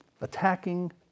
attacking